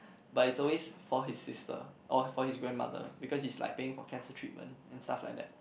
but it's always for his sister or for his grandmother because he's like paying for cancer treatment and stuff like that